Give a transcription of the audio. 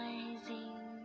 Rising